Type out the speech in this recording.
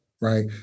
right